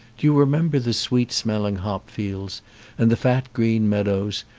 do you remember the sweet smelling hop-fields and the fat green meadows,